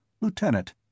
Lieutenant